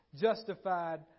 justified